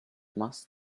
must